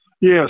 Yes